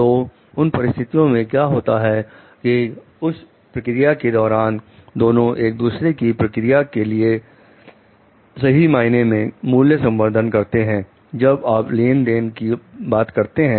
तो उन परिस्थितियों में क्या होता है कि उस प्रक्रिया के दौरान दोनों एक दूसरे की प्रक्रिया के लिए सही मायने में मूल्य संवर्धन करते हैं जब आप लेन देन की बात करते हैं